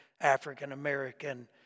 African-American